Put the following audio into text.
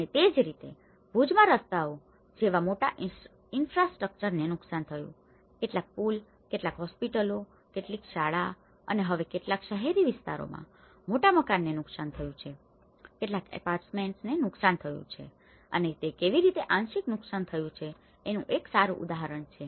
અને તે જ રીતે ભુજમાં રસ્તાઓ જેવા મોટા ઈન્ફ્રાસ્ટ્રક્ચરને નુકસાન થયું છે કેટલાક પુલો કેટલીક હોસ્પિટલો કેટલીક શાળાઓ અને હવે કેટલાક શહેરી વિસ્તારોમાં મોટા મકાનોને નુકસાન થયું છે કેટલાક એપાર્ટમેન્ટ્સને નુકસાન થયું છે અને તે કેવી રીતે આંશિક નુકસાન થયું છે તેનું એક સારું ઉદાહરણ છે